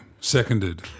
Seconded